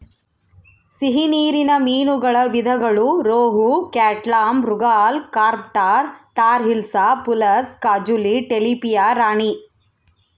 ಸಿಹಿ ನೀರಿನ ಮೀನುಗಳ ವಿಧಗಳು ರೋಹು, ಕ್ಯಾಟ್ಲಾ, ಮೃಗಾಲ್, ಕಾರ್ಪ್ ಟಾರ್, ಟಾರ್ ಹಿಲ್ಸಾ, ಪುಲಸ, ಕಾಜುಲಿ, ಟಿಲಾಪಿಯಾ ರಾಣಿ